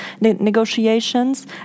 negotiations